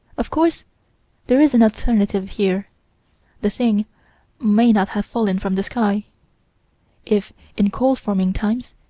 of course there is an alternative here the thing may not have fallen from the sky if in coal-forming times,